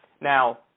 Now